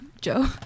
Joe